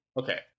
Okay